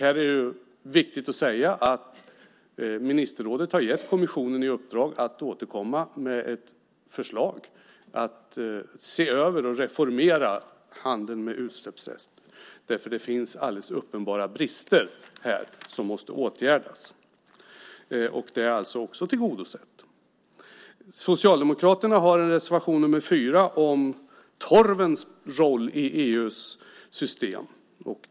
Här är det viktigt att säga att ministerrådet har gett kommissionen i uppdrag att återkomma med ett förslag om att se över och reformera handeln med utsläppsrätter. Det finns alldeles uppenbara brister som måste åtgärdas. Detta är alltså också tillgodosett. Socialdemokraterna har en reservation, nr 4, om torvens roll i EU:s system.